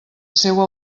seua